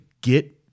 get